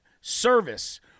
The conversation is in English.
service